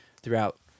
throughout